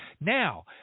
Now